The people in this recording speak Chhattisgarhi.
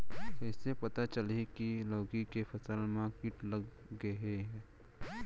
कइसे पता चलही की लौकी के फसल मा किट लग गे हे?